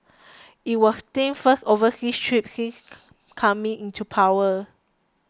it was Kim's first overseas trip since coming into power